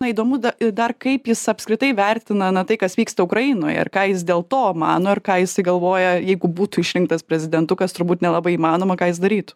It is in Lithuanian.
na įdomu da dar kaip jis apskritai vertina na tai kas vyksta ukrainoje ir ką jis dėl to mano ir ką jisai galvoja jeigu būtų išrinktas prezidentu kas turbūt nelabai įmanoma ką jis darytų